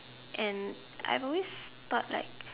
and I've always though that